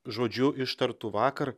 žodžiu ištartu vakar